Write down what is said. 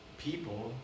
people